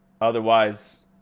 otherwise